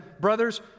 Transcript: Brothers